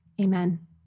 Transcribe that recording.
Amen